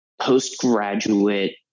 postgraduate